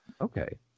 okay